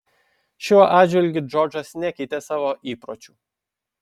šiuo atžvilgiu džordžas nekeitė savo įpročių